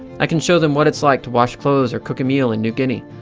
i can show them what it's like to wash clothes or cook a meal in new guinea.